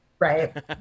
Right